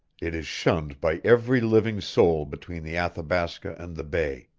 it is shunned by every living soul between the athabasca and the bay.